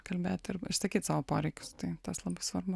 kalbėt ir išsakyt savo poreikius tai tas labai svarbu